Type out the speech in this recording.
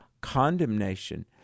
condemnation